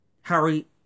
Harry